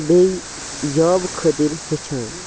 بیٚیہِ جابہٕ خٲطرٕ ہیٚچھان